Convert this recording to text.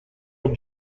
with